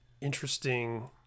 interesting